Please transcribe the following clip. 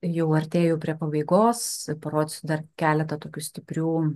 jau artėju prie pabaigos parodysiu dar keletą tokių stiprių